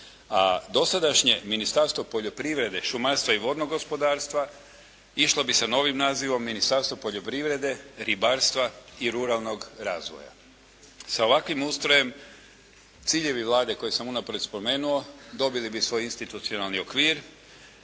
a dosadašnje Ministarstvo poljoprivrede, šumarstva i vodnog gospodarstva išlo bi sa novim nazivom Ministarstvo poljoprivrede, ribarstva i ruralnog razvoja. Sa ovakvim ustrojem ciljevi Vlade koje sam unaprijed spomenuo dobili bi svoj institucionalni okvir,